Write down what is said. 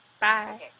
Bye